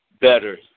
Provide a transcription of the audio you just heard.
better